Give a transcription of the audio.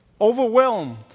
overwhelmed